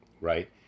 right